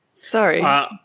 Sorry